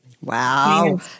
Wow